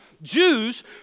Jews